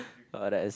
uh that is